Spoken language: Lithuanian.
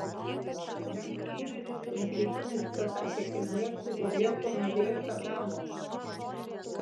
juk fiureris kreipimesi pasakė kad niekšų gauja ko norėjo tą gavo